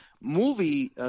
Movie